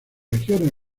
regiones